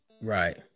Right